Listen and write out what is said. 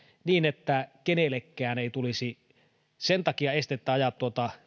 niin että kenellekään ei tulisi sen takia estettä ajaa